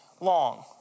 long